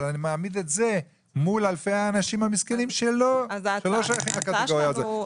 אבל אני מעמיד את זה מול אלפי האנשים המסכנים שלא שייכים לקטגוריה הזו.